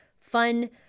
fun